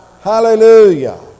Hallelujah